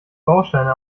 bausteine